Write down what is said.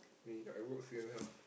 me I walk three and a half